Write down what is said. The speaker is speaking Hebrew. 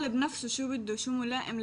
היא אומרת, שהיא שומעת